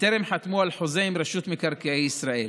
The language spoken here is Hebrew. וטרם חתמו על חוזים עם רשות מקרקעי ישראל.